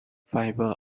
fibre